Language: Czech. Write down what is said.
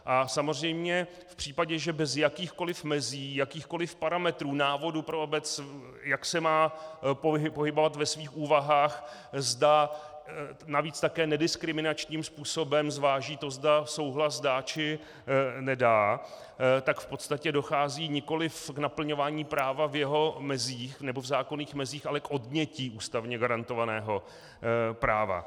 A samozřejmě v případě, že bez jakýchkoliv mezí, jakýchkoliv parametrů, návodů pro obec, jak se má pohybovat ve svých úvahách, zda navíc také nediskriminačním způsobem zváží to, zda souhlas dá, či nedá, tak v podstatě dochází nikoliv k naplňování práva v zákonných mezích, ale k odnětí ústavně garantovaného práva.